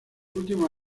últimos